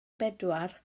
bedwar